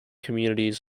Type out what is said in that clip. communities